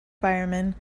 firemen